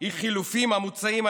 היא בחילופים המוצעים,